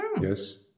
Yes